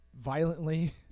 violently